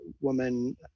woman